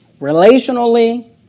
relationally